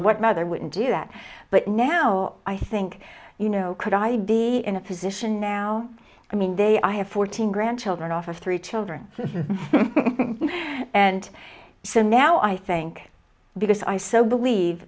what mother wouldn't do that but now i think you know could i be in a position now i mean they i have fourteen grandchildren office three children and said now i think because i so believe